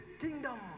kingdom